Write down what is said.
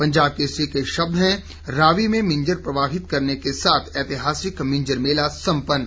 पंजाब केसरी के शब्द हैं रावी में मिंजर प्रवाहित करने के साथ ऐतिहासिक मिंजर मेला सम्पन्न